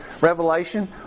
Revelation